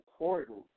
important